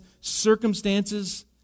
circumstances